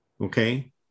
okay